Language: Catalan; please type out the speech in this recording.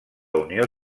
unió